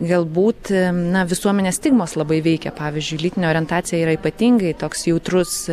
galbūt na visuomenės stigmos labai veikia pavyzdžiui lytinė orientacija yra ypatingai toks jautrus